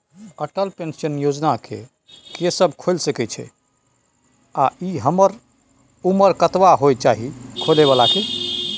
Atal pension योजना के के सब खोइल सके इ आ उमर कतबा होय चाही खोलै बला के?